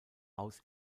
aus